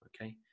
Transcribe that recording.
Okay